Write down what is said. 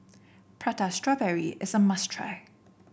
Prata Strawberry is a must try